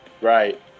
Right